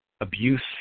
abuse